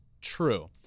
true